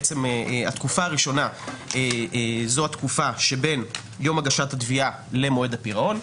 התקופה הראשונה היא התקופה שבין יום הגשת התביעה למועד הפירעון.